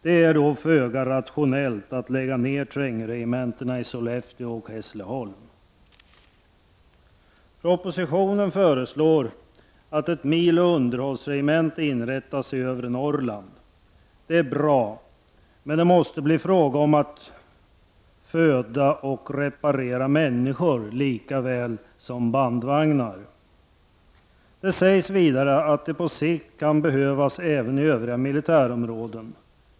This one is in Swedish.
Det är då föga rationellt att man lägger ned trängregementena i Sollefteå och Hässleholm. I propositionen föreslås att ett milounderhållsregemente inrättas i övre Norrland. Det är bra. Men det måste bli fråga om att föda och reparera människor lika väl som bandvagnar. Det sägs vidare att detta på sikt även kan behövas i övriga militärområden.